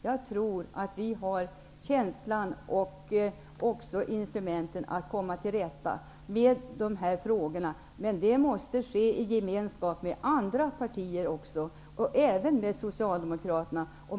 Jag tror att vi har känslan och instrumenten för att komma till rätta med de här frågorna. Men det måste ske i gemenskap med andra partier, även med Socialdemokraterna.